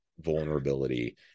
vulnerability